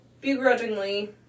begrudgingly